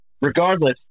regardless